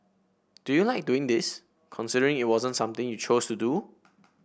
do you like doing this considering it wasn't something you chose to do